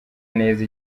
neza